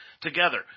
Together